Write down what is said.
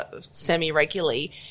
semi-regularly